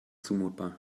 zumutbar